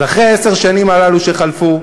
אחרי עשר השנים הללו שחלפו,